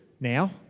now